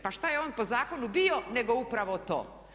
Pa što je on po zakonu bio nego upravo to?